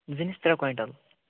زِنِس ترٛےٚ کویِنٛٹل